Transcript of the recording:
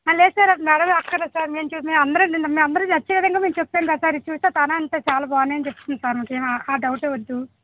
ఆ లేదు సార్ అది మేడం అక్కర్లేదు సార్ మేము చూసిన అవి అందరూ మేము అందరికి నచ్చే విధంగా మేము చెప్తాము కదా సార్ ఇవి చూపిస్తే చాలా అంటే చాలా బాగున్నాయి అని చెప్తుంది సార్ మీకు ఏమి ఆ డౌట్ ఏ వద్దు